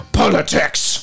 politics